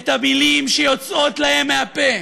את המילים שיוצאות להם מהפה,